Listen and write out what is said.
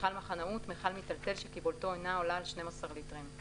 "מכל מחנאות" מכל מיטלטל שקיבולתו אינה עולה על 12 ליטרים,